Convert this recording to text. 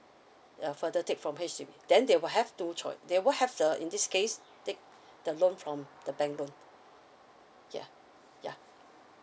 uh further take from H_D_B then they will have two choice they will have the in this case take the loan from the bank loan yeah yeah